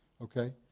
Okay